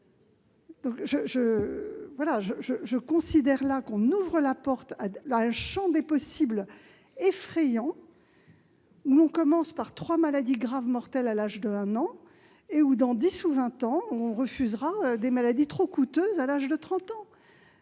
Je considère qu'on ouvre la porte à un champ des possibles effrayant : on commence par trois maladies graves mortelles à l'âge de 1 an et, dans dix ou vingt ans, on refusera des maladies trop coûteuses à l'âge de 30 ans.